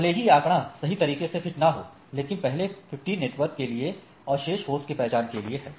तो भले ही ये आंकड़ा सही तरीके से फिट न हो लेकिन पहले 15 नेटवर्क के लिए और शेष होस्ट के पहचान के लिए है